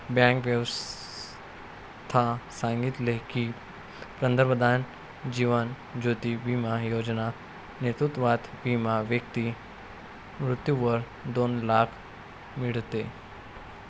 bank व्यवस्था सांगितले की, पंतप्रधान जीवन ज्योती बिमा योजना नेतृत्वात विमा व्यक्ती मृत्यूवर दोन लाख मीडते